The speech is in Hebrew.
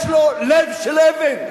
יש לו לב של אבן.